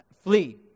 Flee